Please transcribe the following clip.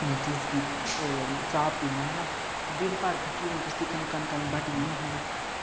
उनें चीज़ गी ओह् चाह् पीन्ने आं ना दिन भर थक्कियै हून तुस दिक्खो आं कनकै दियां बाड़ियां होंदियां ऐ ना